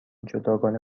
جداگانه